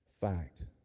fact